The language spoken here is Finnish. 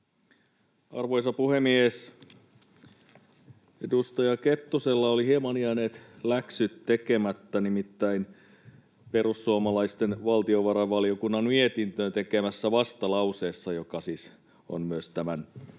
Arvoisa puhemies! Edustaja Kettusella olivat hieman jääneet läksyt tekemättä, nimittäin perussuomalaisten valtiovarainvaliokunnan mietintöön tekemässä vastalauseessa, joka siis on myös tämän